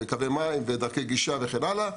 דרכי מים ודרכי גישה וכן הלאה.